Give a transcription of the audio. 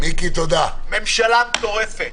ממשלה מטורפת.